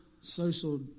social